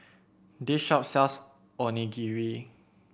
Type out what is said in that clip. this shop sells Onigiri